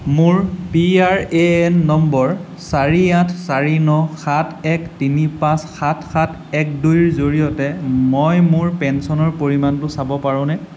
মোৰ PRAN number চাৰি আঠ চাৰি ন সাত এক তিনি পাঁচ সাত সাত এক দুইৰ জৰিয়তে মই মোৰ পেঞ্চনৰ পৰিমাণটো চাব পাৰোঁনে